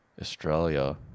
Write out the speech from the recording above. Australia